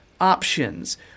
options